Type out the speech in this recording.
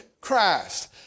Christ